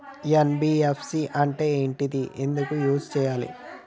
NBFC అంటే ఏంటిది ఎందుకు యూజ్ చేయాలి?